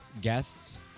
guests